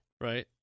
Right